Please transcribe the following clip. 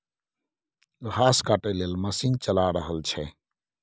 घास काटय लेल मशीन चला रहल छै